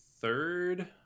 third